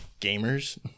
gamers